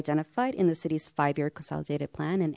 identified in the city's five year consolidated plan an